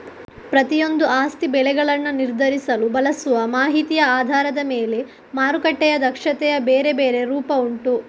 ಪ್ರತಿಯೊಂದೂ ಆಸ್ತಿ ಬೆಲೆಗಳನ್ನ ನಿರ್ಧರಿಸಲು ಬಳಸುವ ಮಾಹಿತಿಯ ಆಧಾರದ ಮೇಲೆ ಮಾರುಕಟ್ಟೆಯ ದಕ್ಷತೆಯ ಬೇರೆ ಬೇರೆ ರೂಪ ಉಂಟು